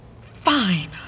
Fine